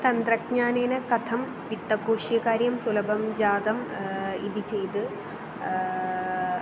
तन्त्रज्ञानेन कथं वित्तकोशीयकार्यं सुलबं जातम् इति चेत्